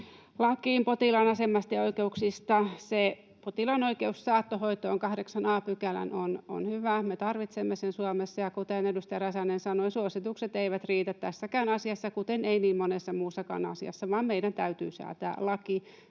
lakiin potilaan asemasta ja oikeuksista se potilaan oikeus saattohoitoon 8 a §:ään, on hyvä. Me tarvitsemme sen Suomessa, ja kuten edustaja Räsänen sanoi, suositukset eivät riitä tässäkään asiassa, kuten eivät niin monessa muussakaan asiassa, vaan meidän täytyy säätää laki